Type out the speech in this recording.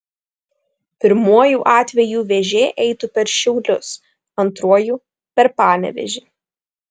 pirmuoju atveju vėžė eitų per šiaulius antruoju per panevėžį